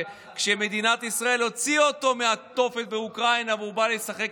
כשמדינת ישראל הוציאה אותו מהתופת באוקראינה והוא בא לשחק,